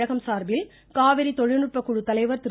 தமிழகம் சார்பில் காவிரி தொழில்நுட்ப குழு தலைவர் திரு